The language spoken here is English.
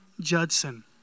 Judson